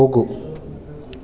ಹೋಗು